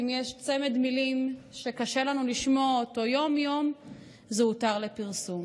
אם יש צמד מילים שקשה לנו לשמוע אותו יום-יום זה "הותר לפרסום".